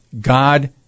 God